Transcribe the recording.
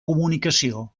comunicació